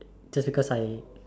just because I